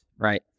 right